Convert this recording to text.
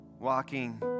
walking